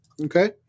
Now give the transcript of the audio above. Okay